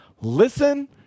listen